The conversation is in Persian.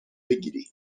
بگیری